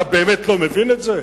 אתה באמת לא מבין את זה?